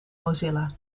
mozilla